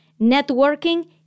networking